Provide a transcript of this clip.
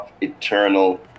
eternal